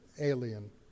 alien